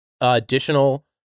additional